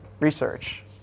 research